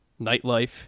Nightlife